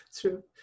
true